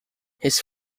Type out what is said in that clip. his